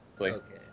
Okay